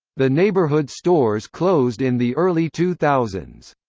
the neighborhood stores closed in the early two thousand